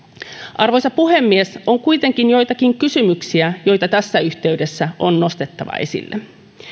arvoisa puhemies on kuitenkin joitakin kysymyksiä joita tässä yhteydessä on nostettava esille